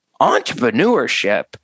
entrepreneurship